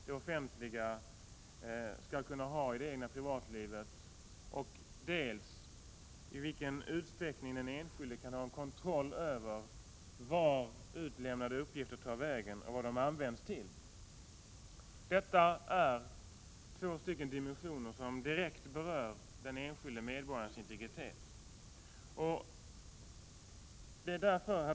det offentliga, skall kunna ha i privatlivet samt i vilken utsträckning den enskilde skall ha kontroll över vart utlämnade uppgifter tar vägen och vad de används till. Detta är två dimensioner som direkt berör den enskilde medborgarens integritet. Herr talman!